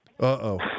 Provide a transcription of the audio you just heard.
Uh-oh